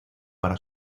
para